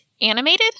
animated